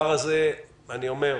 בעריכתי.